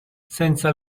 senza